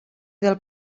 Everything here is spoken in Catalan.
del